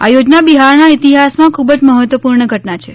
આ યોજના બિહારના ઇતિહાસમાં ખૂબ જ મહત્વ પૂર્ણઘટના છે